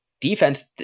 defense